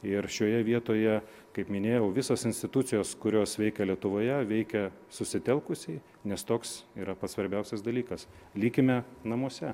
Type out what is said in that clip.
ir šioje vietoje kaip minėjau visos institucijos kurios veikia lietuvoje veikia susitelkusiai nes toks yra pats svarbiausias dalykas likime namuose